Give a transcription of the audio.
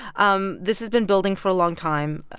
um this has been building for a long time.